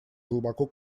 глубоко